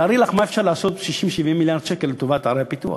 תארי לך מה אפשר לעשות ב-70-60 מיליארד שקל לטובת ערי הפיתוח.